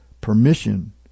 permission